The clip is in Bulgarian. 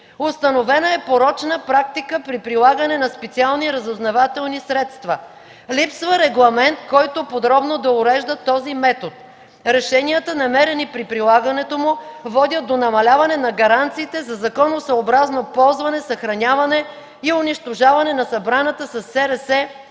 установена порочна практика при прилагане на специални разузнавателни средства. Липсва регламент, който подробно да урежда този метод. Решенията, намерени при прилагането му водят до намаляване на гаранциите за законосъобразно ползване, съхраняване и унищожаване на събраната със